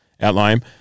Outline